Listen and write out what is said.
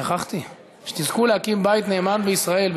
שכחתי: שתזכו להקים בית נאמן בישראל,